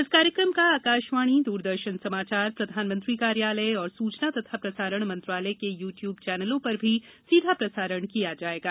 इस कार्यक्रम का आकाशवाणीए दूरदर्शन समाचारए प्रधानमंत्री कार्यालय और सूचना तथा प्रसारण मंत्रालय के यूट्यूब चैनलों पर भी सीधा प्रसारण किया जाएगा